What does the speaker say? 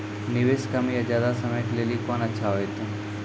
निवेश कम या ज्यादा समय के लेली कोंन अच्छा होइतै?